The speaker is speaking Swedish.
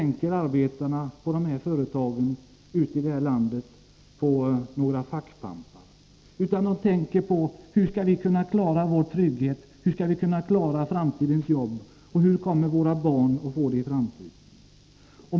Nej, arbetarna på företagen i det här landet tänker inte på några fackpampar, utan de tänker på hur de skall kunna klara sin trygghet och framtidens jobb och på hur deras barn kommer att få det i framtiden.